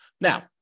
Now